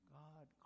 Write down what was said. god